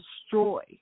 destroy